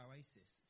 Oasis